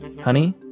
honey